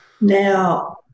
Now